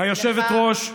היושבת-ראש,